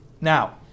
Now